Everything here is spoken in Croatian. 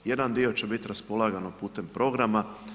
Jedan dio će biti raspolagano putem programa.